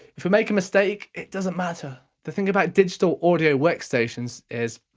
if we make a mistake, it doesn't matter. the thing about digital audio workstations is,